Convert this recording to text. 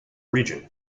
region